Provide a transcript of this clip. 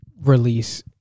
release